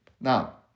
Now